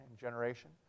generation